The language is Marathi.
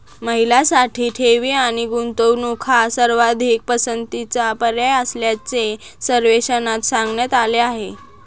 महिलांसाठी ठेवी आणि गुंतवणूक हा सर्वाधिक पसंतीचा पर्याय असल्याचे सर्वेक्षणात सांगण्यात आले आहे